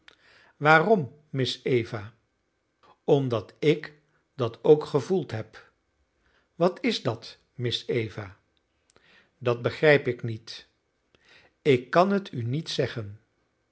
waarom miss eva omdat ik dat ook gevoeld heb wat is dat miss eva dat begrijp ik niet ik kan het u niet zeggen